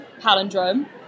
palindrome